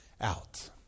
out